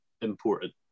important